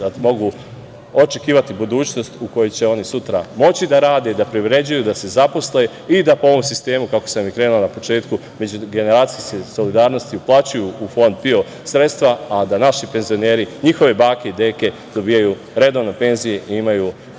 mogu očekivati budućnost u kojoj će oni sutra moći da rade, da privređuju, da se zaposle i da po ovom sistemu, kako sam i krenuo na početku, međugeneracijske solidarnosti uplaćuju u Fond PIO sredstva, a da naši penzioneri, njihove bake i deke, dobijaju redovne penzije i imaju